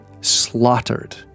slaughtered